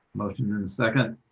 motion in the second?